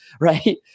right